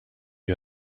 you